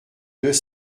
deux